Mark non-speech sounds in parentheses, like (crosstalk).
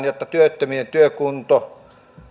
(unintelligible) jotta työttömien työkunto